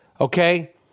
Okay